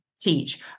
teach